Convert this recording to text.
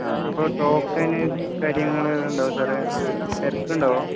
ആ അപ്പോൾ ടോക്കന് കാര്യങ്ങൾ ഉണ്ടാവുമോ സാറേ തിരക്കുണ്ടാവുമോ